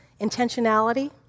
intentionality